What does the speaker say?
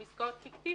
הן עסקאות פיקטיביות.